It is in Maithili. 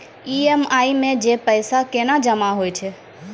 ई.एम.आई मे जे पैसा केना जमा होय छै?